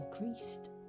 increased